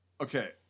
Okay